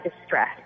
distress